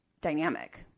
dynamic